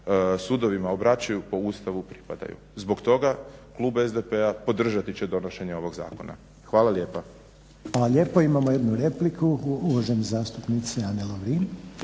sudovima obraćaju po Ustavu pripadaju. Zbog toga klub SDP-a podržati će donošenje ovog zakona. Hvala lijepa. **Reiner, Željko (HDZ)** Hvala lijepo. Imamo jednu repliku uvažene zastupnice Ane Lovrin.